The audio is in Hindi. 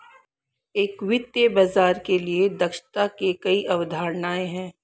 एक वित्तीय बाजार के लिए दक्षता की कई अवधारणाएं हैं